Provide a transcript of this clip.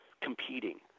competing